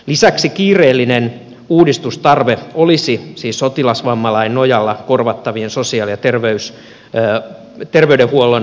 lisäksi kiireellinen uudistustarve koskee sotilasvammalain nojalla korvattavien sosiaali ja terveydenhuollon avopalveluiden prosenttirajan poistamista